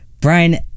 Brian